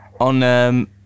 on